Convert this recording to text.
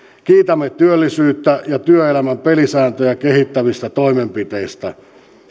kiitämme työllisyyttä ja työelämän pelisääntöjä kehittävistä toimenpiteistä